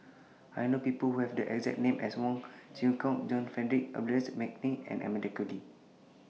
I know People Who Have The exact name as Wong Kwei Cheong John Frederick Adolphus Mcnair and Amanda Koe Lee